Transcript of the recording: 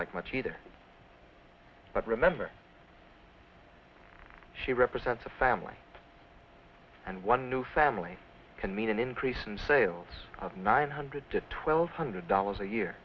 like much either but remember she represents a family and one new family can mean an increase in sales of nine hundred to twelve hundred dollars a year